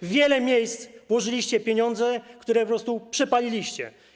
W wiele miejsc włożyliście pieniądze, które po prostu przepaliliście.